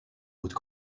would